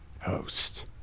host